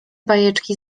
bajeczki